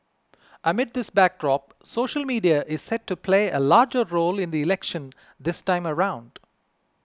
amid this backdrop social media is set to play a larger role in the election this time around